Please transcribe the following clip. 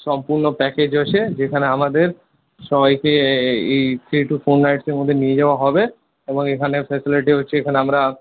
সম্পূর্ণ প্যাকেজ আছে যেখানে আমাদের সবাইকে এই থ্রি টু ফোর নাইটসের মধ্যে নিয়ে যাওয়া হবে এবং এখানের ফেসিলিটি হচ্ছে এখানে আমরা